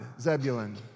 Zebulun